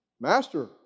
Master